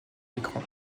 l’écran